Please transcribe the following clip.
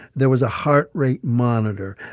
there was a heart rate monitor.